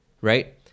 right